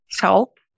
help